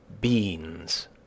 beans